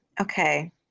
Okay